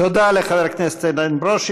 תודה לחבר הכנסת איתן ברושי.